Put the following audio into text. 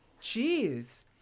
Jeez